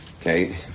Okay